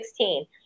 2016